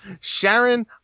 sharon